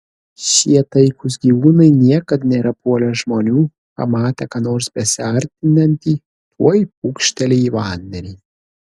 šie taikūs gyvūnai niekad nėra puolę žmonių pamatę ką nors besiartinantį tuoj pūkšteli į vandenį